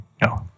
No